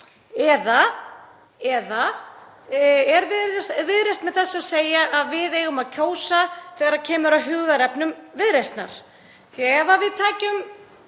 eða er Viðreisn með þessu að segja að við eigum að kjósa um mál þegar kemur að hugðarefnum Viðreisnar?